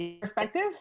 perspective